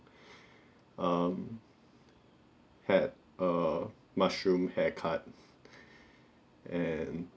um had a mushroom hair cut and